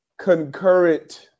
Concurrent